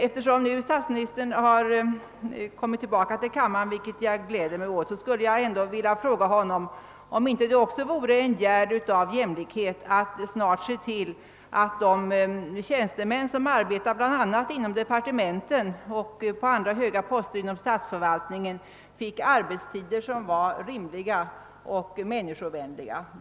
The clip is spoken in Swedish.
Eftersom statsministern nu kommit tillbaka till kammaren, vilket jag också gläder mig åt, ville jag fråga honom om det inte vore en gärd av jämlikhet att även se till att de tjänstemän som arbetar bl.a. inom departementen och på höga poster inom statsförvaltningen i övrigt får rimliga och människovänliga arbetstider.